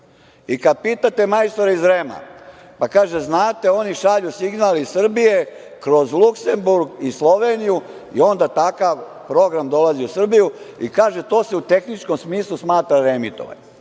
Kada pitate majstore iz REM-a, pa kažu – znate, oni šalju signal iz Srbije kroz Luksemburg i Sloveniju i onda takav program dolazi u Srbiju i kaže - to se u tehničkom smislu smatra reemitovanje.